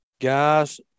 guys